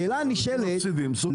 מפסידים סוגרים.